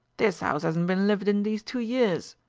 this ouse hasn't been lived in these two years.